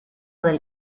del